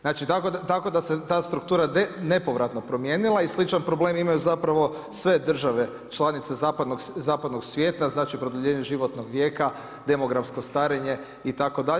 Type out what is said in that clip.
Znači tako da se ta struktura nepovratno promijenila i sličan problem imaju zapravo sve države članice zapadnog svijeta, znači produljenje životnog vijeka, demografsko starenje itd.